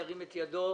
ירים את ידו?